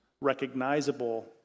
recognizable